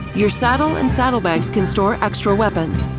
your saddle and saddlebags can store extra weapons,